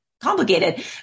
complicated